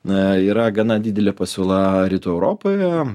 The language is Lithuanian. na yra gana didelė pasiūla rytų europoje